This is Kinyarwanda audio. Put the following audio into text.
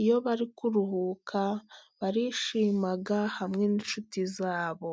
iyo bari kuruhuka， barishima hamwe n'inshuti zabo.